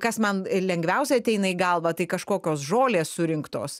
kas man ir lengviausiai ateina į galvą tai kažkokios žolės surinktos